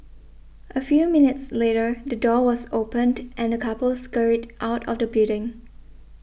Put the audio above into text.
a few minutes later the door was opened and the couple scurried out of the building